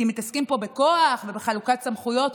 כי מתעסקים פה בכוח ובחלוקת סמכויות.